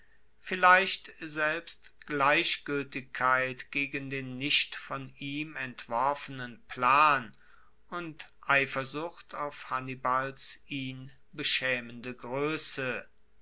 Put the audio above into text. vielleicht selbst gleichgueltigkeit gegen den nicht von ihm entworfenen plan und eifersucht auf hannibals ihn beschaemende